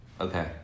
Okay